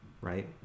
right